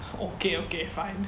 okay okay fine